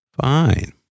fine